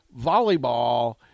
volleyball